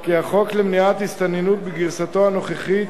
כי החוק למניעת הסתננות בגרסתו הנוכחית